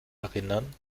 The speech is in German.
erinnern